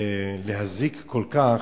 להזיק כל כך,